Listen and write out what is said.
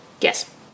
Yes